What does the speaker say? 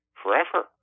forever